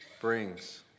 brings